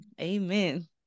Amen